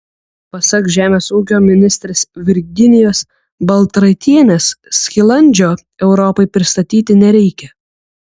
pasak žemės ūkio ministrės virginijos baltraitienės skilandžio europai pristatyti nereikia